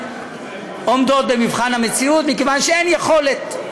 שאינן עומדות במבחן המציאות, מכיוון שאין יכולת.